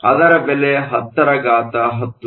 ಅದರ ಬೆಲೆ 1010